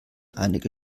einige